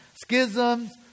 schisms